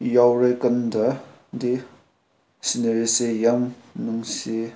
ꯌꯧꯔꯀꯥꯟꯗꯗꯤ ꯁꯤꯅꯔꯤꯁꯦ ꯌꯥꯝ ꯅꯨꯡꯁꯤꯌꯦ